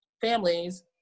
families